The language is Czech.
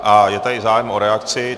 A je tady zájem o reakci.